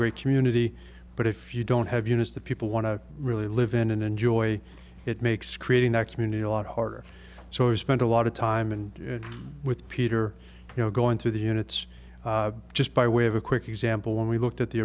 great community but if you don't have units that people want to really live in and enjoy it makes creating that community a lot harder so we spent a lot of time and with peter you know going through the units just by way of a quick example when we looked at the